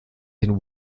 den